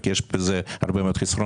כי יש בזה הרבה מאוד חסרונות.